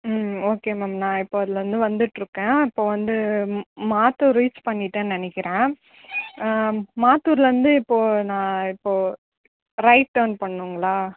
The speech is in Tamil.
ம் ஓகே மேம் நான் இப்போ அதுலேருந்து வந்துவிட்டு இருக்கேன் இப்போது வந்து மா மாத்தூர் ரீச் பண்ணிவிட்டேன்னு நெனைக்கிறேன் மாத்தூர்லேருந்து இப்போது நான் இப்போது ரைட் டேர்ன் பண்ணணுங்களா